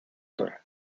dra